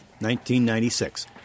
1996